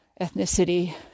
ethnicity